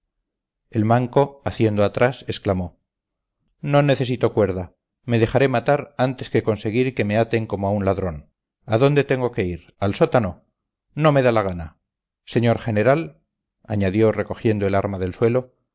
el manco haciéndose atrás exclamó no necesito cuerda me dejaré matar antes que consentir que me aten como a un ladrón a dónde tengo que ir al sótano no me da la gana señor general añadió recogiendo el arma del suelo